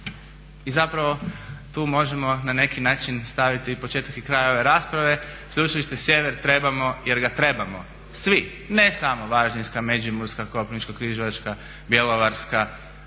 I zapravo tu možemo na neki način staviti početak i kraj ove rasprave. Sveučilište Sjever trebamo jer ga trebamo sve ne samo Varaždinska, Međimurska, Koprivničko-križevačka, Bjelovarsko-bilogorska,